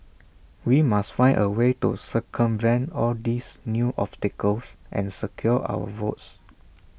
we must find A way to circumvent all these new obstacles and secure our votes